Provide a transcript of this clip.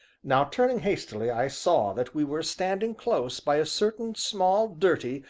now, turning hastily, i saw that we were standing close by a certain small, dirty,